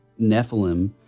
Nephilim